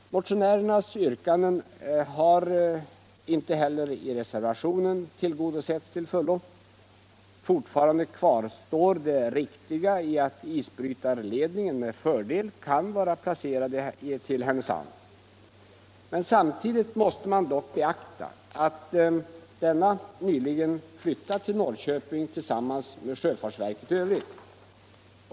Motionärernas yrkanden har inte heller i reservationen till fullo tillgodosewus. Fortfarande kvarstår att isbrytarledningen med fördel kan vara placerad i Härnösand. Samtidigt måste man dock beakta att denna nyligen flyttat till Norrköping tillsammans med sjöfartsverket i övrigt.